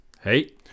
Hey